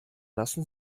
lassen